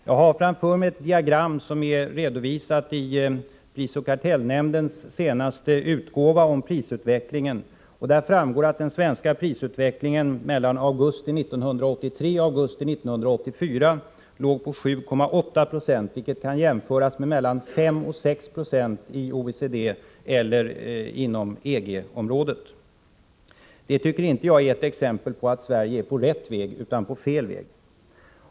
Jag har framför mig ett diagram från prisoch kartellnämndens senaste utgåva om prisutvecklingen. Där framgår att den svenska prisutvecklingen mellan augusti 1983 och augusti 1984 låg på 7,8 20, vilket kan jämföras med mellan 5 och 6 Jo inom OECD eller EG-området. Det tycker inte jag är ett exempel på att Sverige är på rätt väg, utan på fel väg.